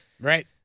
Right